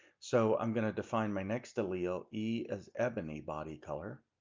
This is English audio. so i'm going to define my next allele e as ebony body color.